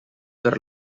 per